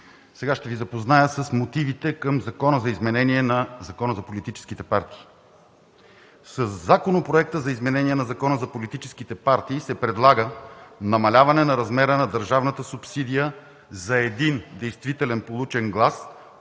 Ще Ви запозная с мотивите към Закона за изменение на Закона за политическите партии. Със Законопроекта за изменение на Закона за политическите партии се предлага намаляване на размера на държавната субсидия за един получен действителен глас